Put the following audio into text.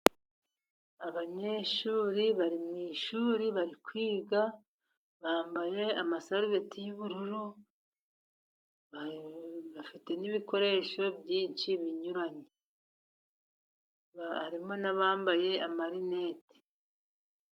Abanyeshuri bari mu ishuri bari kwiga, bambaye amasarubeti y'ubururu bafite n'ibikoresho byinshi bitandukanye. Harimo nabambaye amarinete.